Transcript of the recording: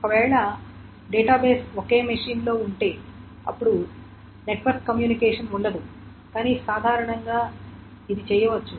ఒకవేళ డేటాబేస్ ఒకే మెషీన్ లో ఉంటే అప్పుడు నెట్వర్క్ కమ్యూనికేషన్ ఉండదు కానీ సాధారణంగా ఇది చేయవచ్చు